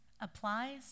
applies